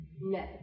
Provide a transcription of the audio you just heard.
No